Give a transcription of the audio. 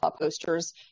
posters